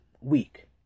week